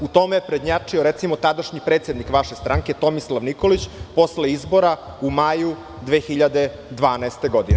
U tome je prednjačio recimo, tadašnji predsednik vaše stranke – Tomislav Nikolić, posle izbora u maju 2012. godine.